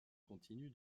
continu